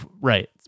right